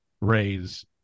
raise